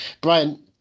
Brian